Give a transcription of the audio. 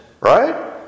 right